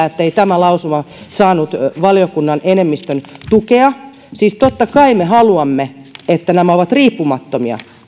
ettei tämä lausuma saanut valiokunnan enemmistön tukea siis totta kai me haluamme että nämä selvitykset ovat riippumattomia